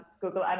google